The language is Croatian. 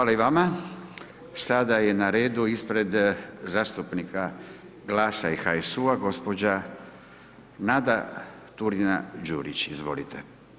Hvala i vama, sada je na redu ispred zastupnika GLAS-a i HSU-a gospođa Nada Turina Đurić, izvolite.